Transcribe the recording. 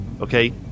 okay